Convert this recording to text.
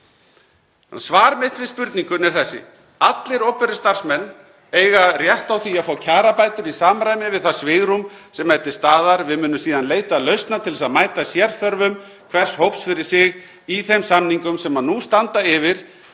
Svar mitt við spurningunni er þetta: Allir opinberir starfsmenn eiga rétt á því að fá kjarabætur í samræmi við það svigrúm sem er til staðar. Við munum síðan leita lausna til að mæta sérþörfum hvers hóps fyrir sig í þeim samningum sem nú standa yfir